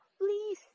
Please